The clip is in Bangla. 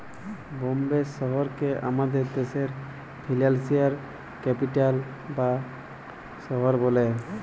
বম্বে শহরকে আমাদের দ্যাশের ফিল্যালসিয়াল ক্যাপিটাল বা শহর ব্যলে